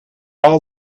all